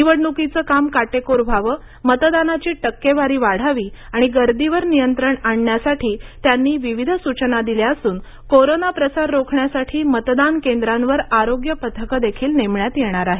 निवडणुकीचे काम काटेकोर व्हावे मतदानाची टक्केवारी वाढावी आणि गर्दीवर नियंत्रण आणण्यासाठी त्यांनी विविध सूचना दिल्या असून कोरोना प्रसार रोखण्यासाठी मतदान केंद्रांवर आरोग्य पथकं देखील नेमण्यात येणार आहेत